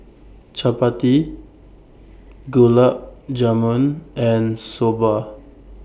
Chapati Gulab Jamun and Soba